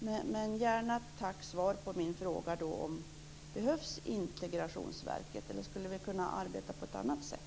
Jag vill gärna få ett svar på min fråga om Integrationsverket behövs eller om vi skulle kunna arbeta på något annat sätt.